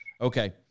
Okay